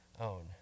own